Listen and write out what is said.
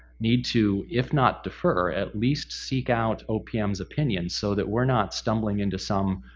need to. if not defer, at least seek out opm's opinion so that we're not stumbling into some